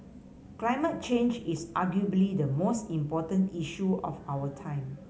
climate change is arguably the most important issue of our time